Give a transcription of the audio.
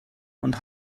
und